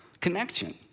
connection